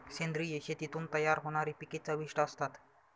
सेंद्रिय शेतीतून तयार होणारी पिके चविष्ट असतात